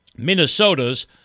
Minnesota's